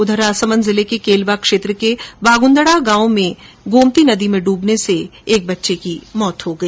उधर राजसमन्द जिले के केलवा क्षेत्र के वागुन्दड़ा गांव के पास गोमती नदी में डूबने से एक बालक की मौत हो गई